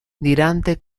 dirante